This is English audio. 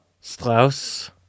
Strauss